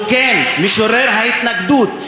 הוא משורר ההתנגדות,